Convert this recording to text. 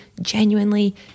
genuinely